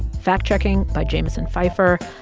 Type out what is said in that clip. fact-checking by jamison pfeifer.